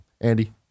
Andy